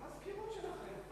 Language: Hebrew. המזכירות שלכם.